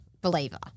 Believer